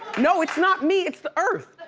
no, it's not me. it's the earth.